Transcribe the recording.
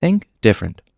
think different.